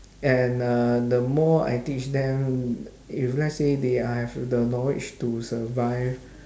and uh the more I teach them if let's say they are have the knowledge to survive